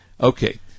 Okay